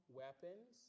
weapons